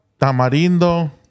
Tamarindo